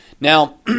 Now